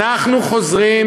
אנחנו חוזרים,